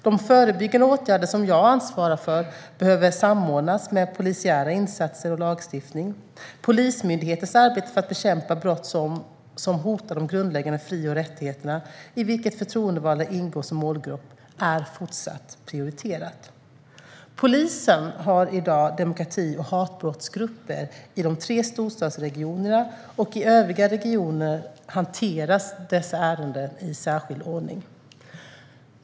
De förebyggande åtgärder som jag ansvarar för behöver samordnas med polisiära insatser och lagstiftning. Polismyndighetens arbete för att bekämpa brott som hotar de grundläggande fri och rättigheterna, i vilket förtroendevalda ingår som målgrupp, är fortsatt prioriterat. Polisen har i dag att hantera demokrati och hatbrottsgrupper i de tre storstadsregionerna, och i övriga regioner hanteras dessa ärenden i särskild ordning.